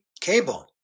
cable